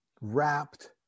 wrapped